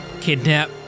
kidnap